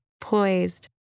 poised